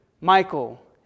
Michael